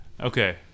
Okay